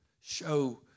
show